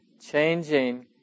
changing